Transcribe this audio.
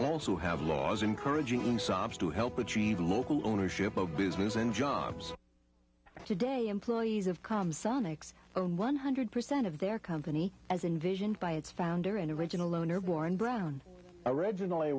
also have laws encouraging saabs to help achieve local ownership of business in jobs today employees of calm sonics one hundred percent of their company as envisioned by its founder and original owner warren brown originally